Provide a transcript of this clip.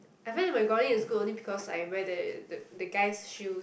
I feel that my grounding is good only because I wear the the the guys shoes